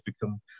become